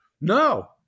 No